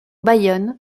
bayonne